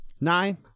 Nine